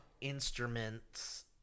Instruments